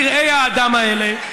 פראי האדם האלה,